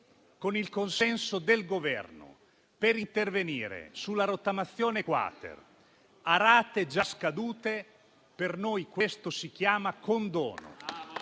con il consenso del Governo, per intervenire sulla rottamazione-*quater*, a rate già scadute, per noi questo si chiama condono.